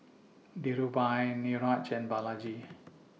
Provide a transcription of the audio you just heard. Dhirubhai Niraj and Balaji